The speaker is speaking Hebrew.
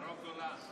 רבותיי,